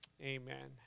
Amen